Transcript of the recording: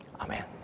Amen